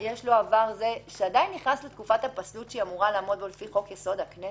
מזי, זה יותר טוב שלא נדון בנושא הצבאי בכלל?